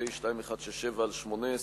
פ/2167/18,